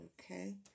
Okay